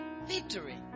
Victory